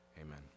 amen